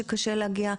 שקשה להגיע,